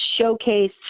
showcase